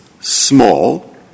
small